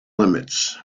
limits